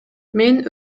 мен